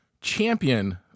champion